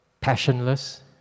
passionless